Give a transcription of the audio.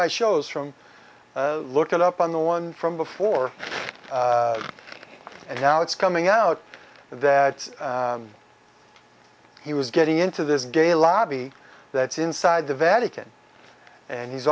my shows from look it up on the one from before and now it's coming out that he was getting into this gay lobby that's inside the vatican and he's